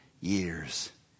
years